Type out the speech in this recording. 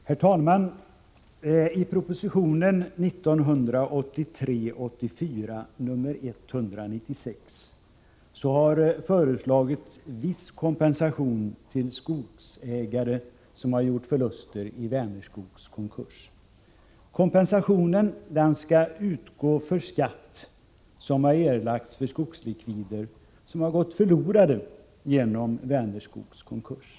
Herr talman! I propositionen 1983/84:196 har föreslagits viss kompensation till skogsägare som har gjort förluster i Vänerskogs konkurs. Kompensation skall utgå för skatt som har erlagts för skogslikvider som har gått förlorade genom Vänerskogs konkurs.